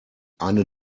eine